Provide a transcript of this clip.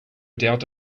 doubt